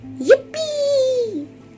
Yippee